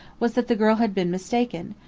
was that the girl had been mistaken,